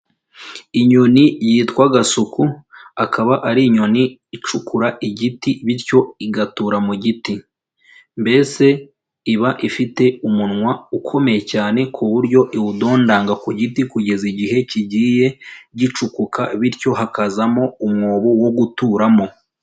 Inyoni yitwa gasuku, akaba ari inyoni icukura igiti bityo igatura mu giti, mbese iba ifite umunwa ukomeye cyane ku buryo iwudondanga ku giti kugeza igihe kigiye gicukuka bityo hakazamo umwobo wo guturamo.